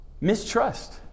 mistrust